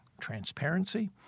transparency